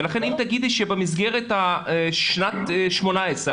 לכן אם תגידי שבמסגרת שנת 18',